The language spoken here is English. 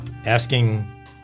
Asking